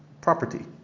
property